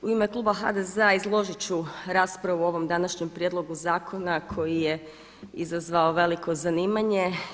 U ime kluba HDZ-a izložiti ću raspravu o ovom današnjem prijedlogu zakona koji je izazvao veliko zanimanje.